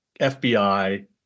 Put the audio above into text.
fbi